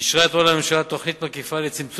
אישרה אתמול הממשלה תוכנית מקיפה לצמצום